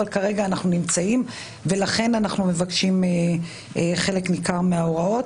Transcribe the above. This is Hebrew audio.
לכן, אנחנו מבקשים חלק ניכר מההוראות.